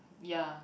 ya